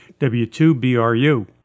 W2BRU